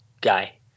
guy